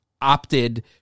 opted